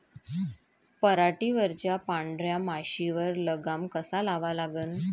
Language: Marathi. पराटीवरच्या पांढऱ्या माशीवर लगाम कसा लावा लागन?